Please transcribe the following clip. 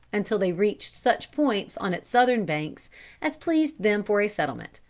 until they reached such points on its southern banks as pleased them for a settlement,